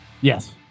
Yes